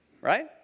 Right